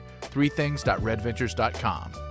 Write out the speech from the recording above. threethings.redventures.com